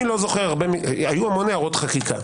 היו המון הערות חקיקה,